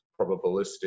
probabilistic